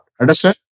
Understand